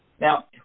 Now